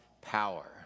power